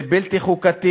זה בלתי חוקתי.